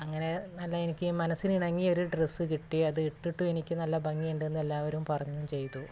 അങ്ങനെ നല്ല എനിക്ക് മനസ്സിനിണങ്ങിയ ഒരു ഡ്രസ് കിട്ടി അതിട്ടിട്ട് എനിക്കു നല്ല ഭംഗിയുണ്ടെന്ന് എല്ലാവരും പറഞ്ഞും ചെയ്തു